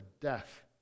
death